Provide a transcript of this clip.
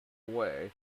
away